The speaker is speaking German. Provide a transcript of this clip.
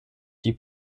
die